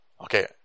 Okay